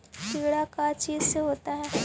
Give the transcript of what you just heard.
कीड़ा का चीज से होता है?